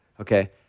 Okay